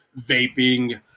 vaping